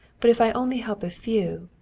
but if i only help a few,